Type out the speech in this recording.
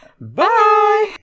Bye